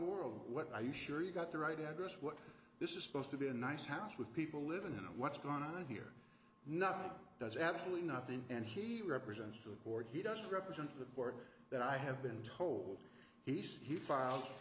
world what are you sure you got the right address what this is supposed to be a nice house with people live in what's going on here nothing does absolutely nothing and he represents the board he doesn't represent the board that i have been told he said he file